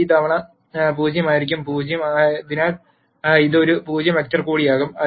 അതിനാൽ ഇത് ഒരു 0 വെക്റ്റർ കൂടിയാകും